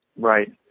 Right